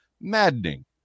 maddening